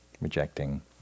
rejecting